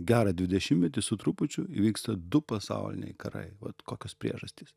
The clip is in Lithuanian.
gerą dvidešimtmetį su trupučiu įvyksta du pasauliniai karai vat kokios priežastys